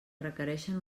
requereixen